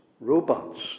robots